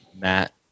Matt